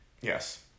Yes